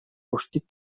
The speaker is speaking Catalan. rústic